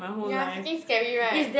ya freaking scary [right]